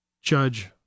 Judge